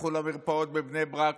לכו למרפאות בבני ברק,